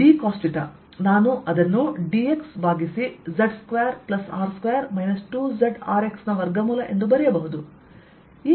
ನಾನು ಅದನ್ನು dx ಭಾಗಿಸಿz2R2 2zRX ನ ವರ್ಗಮೂಲ ಎಂದು ಬರೆಯಬಹುದು